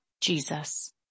Jesus